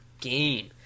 game